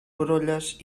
brolles